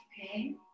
okay